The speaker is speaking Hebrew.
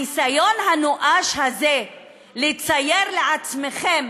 הניסיון הנואש הזה לצייר לעצמכם